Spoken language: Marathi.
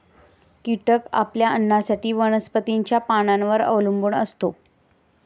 कीटक आपल्या अन्नासाठी वनस्पतींच्या पानांवर अवलंबून असतो